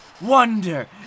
wonder